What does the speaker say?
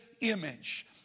image